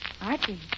Archie